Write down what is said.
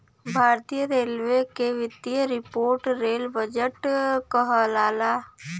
भारतीय रेलवे क वित्तीय रिपोर्ट रेल बजट कहलाला